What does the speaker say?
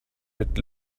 mit